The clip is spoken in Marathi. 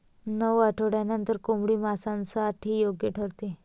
नऊ आठवड्यांनंतर कोंबडी मांसासाठी योग्य ठरते